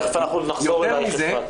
תכף אנחנו נחזור אלייך, אפרת.